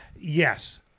Yes